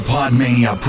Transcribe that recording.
Podmania